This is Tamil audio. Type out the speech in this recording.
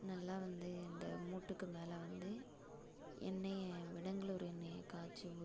நல்லா வந்து இந்த மூட்டுக்கு மேலே வந்து எண்ணெயை விடங்கலூர் எண்ணெயை காய்ச்சி ஊற்றுவோம்